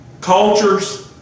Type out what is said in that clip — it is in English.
Cultures